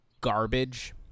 garbage